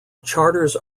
charters